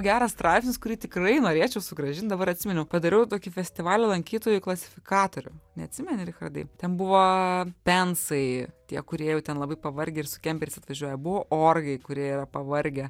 geras straipsnis kurį tikrai norėčiau sugrąžint dabar atsiminiau padariau tokį festivalio lankytojų klasifikatorių neatsimeni richardai ten buvo pensai tie kurie jau ten labai pavargę ir su kemperiais atvažiuoja buvo orgai kurie yra pavargę